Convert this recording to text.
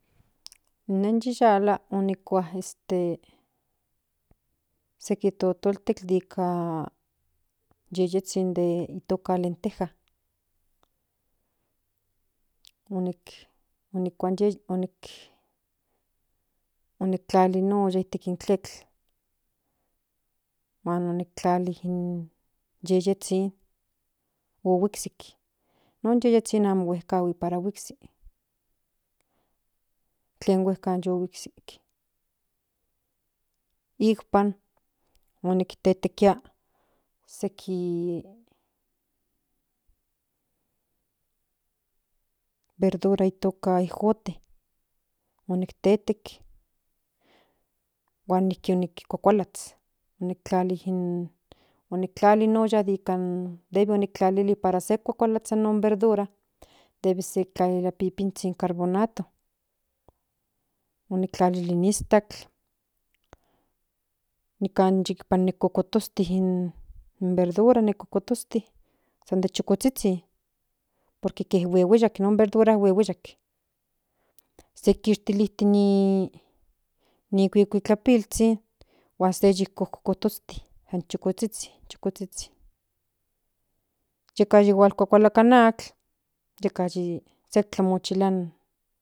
Nen yillala onicua este seki totoltel ica llellezhin de itoca lenteja onik onik onik oniktlali in olla itec in tletl huan unic tlali in llellezhin oguiksik non yeyezhin amo huecagui para guikxi tlen huecan yo guikxi ikpam onictetekia seki verdura itoca ejote onictetec huan niki onicuacualats onictlali in nictlali in olla dikan debe onictlalili para se cuacualasha non verdura debe se tlalia pipinzhin carbonato onictlalili nistatl nican yinicocotosti in verdora san de chocozhizhin porque huehueyac non verdura huehueyac se kixtiliti ni cuicuitlapilzhin huan se yic cocotosti chocozhizhin yeca yihual cuacualaka natl yeca sectlamochilia.